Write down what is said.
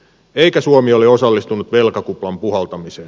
eikä suomi ole osallistunut velkakuplan puhaltamiseen